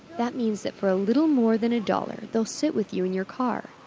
that means that for a little more than a dollar they'll sit with you in your car.